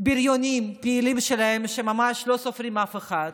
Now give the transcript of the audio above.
בריונים פעילים שלהם שממש לא סופרים אף אחד,